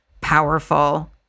powerful